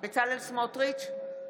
בצלאל סמוטריץ'